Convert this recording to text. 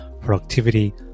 productivity